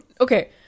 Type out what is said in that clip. Okay